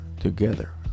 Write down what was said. together